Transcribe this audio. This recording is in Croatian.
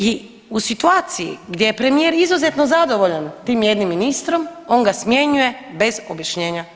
I u situaciji gdje je premijer izuzetno zadovoljan tim jednim ministrom on ga smjenjuje bez objašnjenja HS.